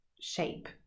shape